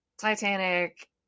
Titanic